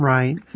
Right